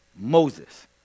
Moses